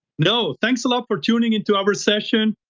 no. thanks a lot for tuning into our session.